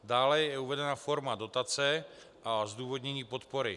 Dále je uvedena forma dotace a zdůvodnění podpory.